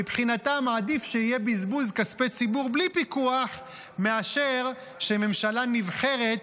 מבחינתם עדיף שיהיה בזבוז כספי ציבור בלי פיקוח מאשר שממשלה נבחרת